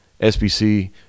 SBC